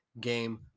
game